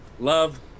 Love